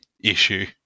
issue